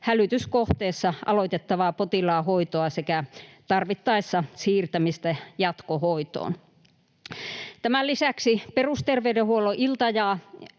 hälytyskohteessa aloitettavaa potilaan hoitoa sekä tarvittaessa siirtämistä jatkohoitoon. Tämän lisäksi perusterveydenhuollon ilta-